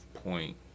point